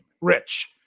Rich